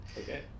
Okay